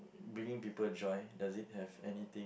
bringing people joy does it have anything